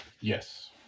Yes